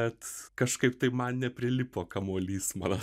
bet kažkaip tai man neprilipo kamuolys mano